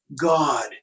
God